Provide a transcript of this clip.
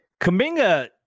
Kaminga